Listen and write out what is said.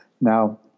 Now